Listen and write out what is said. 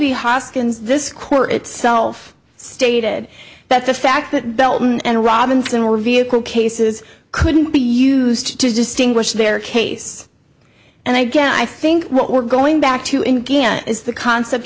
be hoskins this court itself stated that the fact that belton and robinson were vehicle cases couldn't be used to distinguish their case and again i think what we're going back to in ghana is the concept